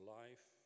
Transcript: life